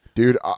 Dude